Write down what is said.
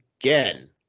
again